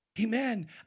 Amen